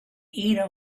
eat